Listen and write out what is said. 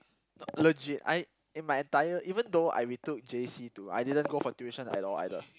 legit I in my entire even though I retook J_C two I didn't go for tuition at all either